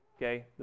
Okay